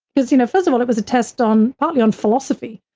because, you know, first of all, it was a test on partly on philosophy.